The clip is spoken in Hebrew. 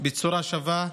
בצורה שווה,